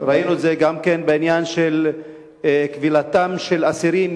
בעניין של כבילתם של אסירים,